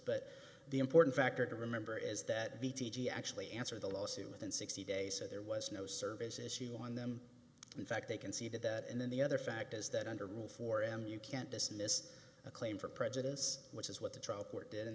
but the important factor to remember is that the t g actually answer the lawsuit within sixty days so there was no service issue on them in fact they can see that and then the other fact is that under rule four am you can't dismiss a claim for prejudice which is what the